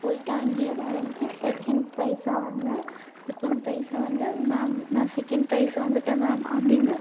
போய்ட்டு அங்கேயும் வரைஞ்சி செகண்ட் ப்ரைஸாக வந்தேன் செகண்ட் ப்ரைஸாக வந்து மேம் நான் செகண்ட் ப்ரைஸ் வந்துவிட்டேன் மேம் அப்படின்னு